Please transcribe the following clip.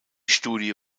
studie